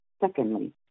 Secondly